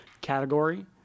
category